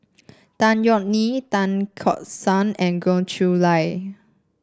Tan Yeok Nee Tan Tock San and Goh Chiew Lye